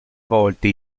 volte